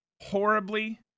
horribly